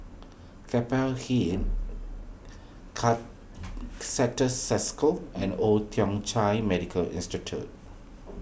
Keppel Hill car Certis Cisco and Old Thong Chai Medical Institute